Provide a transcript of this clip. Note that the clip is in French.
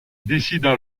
décident